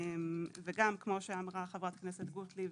כמו שאמרה חברת הכנסת גוטליב,